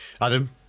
Adam